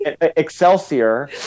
Excelsior